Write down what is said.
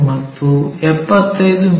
ಮತ್ತು 75 ಮಿ